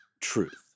truth